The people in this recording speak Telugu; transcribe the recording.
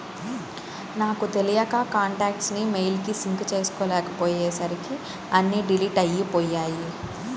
నాకు తెలియక కాంటాక్ట్స్ ని మెయిల్ కి సింక్ చేసుకోపొయ్యేసరికి అన్నీ డిలీట్ అయ్యిపొయ్యాయి